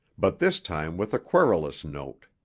but this time with a querulous note.